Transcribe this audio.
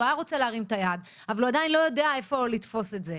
הוא היה רוצה להרים את היד אבל הוא עדיין לא יודע איפה לתפוס את זה.